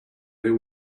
there